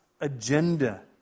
agenda